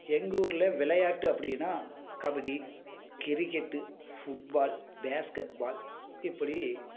எங்கள் ஊரில் விளையாட்டு அப்படின்னா kabaddi cricket football basketball இப்படி